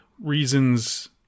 reasons